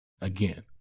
Again